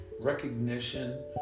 recognition